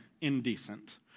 indecent